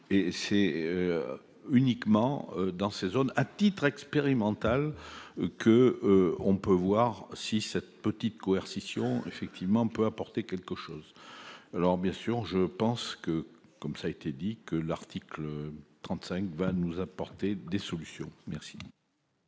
et c'est uniquement dans ces zones à titre expérimental que on peut voir si cette petite coercition effectivement peut apporter quelque chose, alors bien sûr, je pense que, comme ça a été dit que l'article 35 va nous apporter des solutions merci.